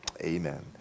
amen